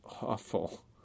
awful